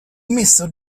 misto